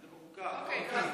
חוקה, חוקה.